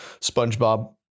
SpongeBob